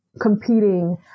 competing